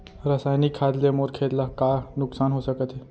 रसायनिक खाद ले मोर खेत ला का नुकसान हो सकत हे?